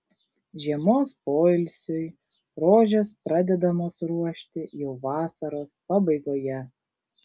žiemos poilsiui rožės pradedamos ruošti jau vasaros pabaigoje